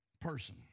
person